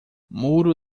muro